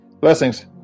Blessings